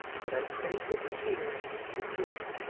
but i prayed with tears to do it.